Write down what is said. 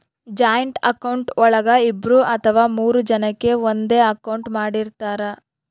joint account ಒಳಗ ಇಬ್ರು ಅಥವಾ ಮೂರು ಜನಕೆ ಒಂದೇ ಅಕೌಂಟ್ ಮಾಡಿರ್ತರಾ